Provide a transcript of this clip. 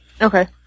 okay